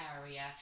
area